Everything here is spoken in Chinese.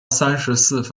三十四